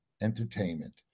Entertainment